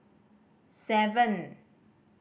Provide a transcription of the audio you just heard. seven